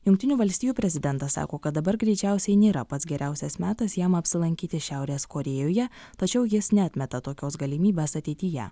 jungtinių valstijų prezidentas sako kad dabar greičiausiai nėra pats geriausias metas jam apsilankyti šiaurės korėjoje tačiau jis neatmeta tokios galimybės ateityje